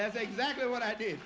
that's exactly what i d